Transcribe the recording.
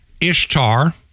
Ishtar